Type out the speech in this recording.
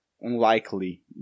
Unlikely